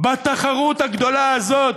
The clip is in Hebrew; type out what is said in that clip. בתחרות הגדולה הזאת,